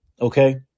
Okay